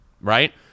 right